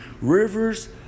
Rivers